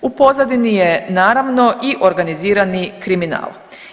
U pozadini je naravno i organizirani kriminal.